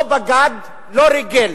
לא בגד, לא ריגל.